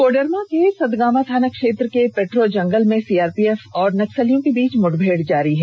कोडरमा के सतगावा थाना क्षेत्र के पेट्रो जंगल में सीआरपीएफ और नक्सलियों के बीच मुठभेड़ जारी है